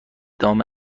دام